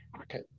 okay